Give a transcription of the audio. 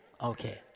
Okay